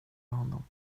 honom